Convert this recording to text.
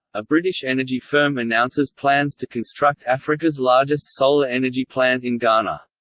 a british energy firm announces plans to construct africa's largest solar energy plant in ghana.